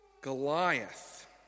Goliath